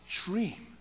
dream